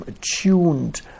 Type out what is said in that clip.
tuned